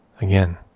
again